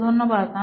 তো ধন্যবাদ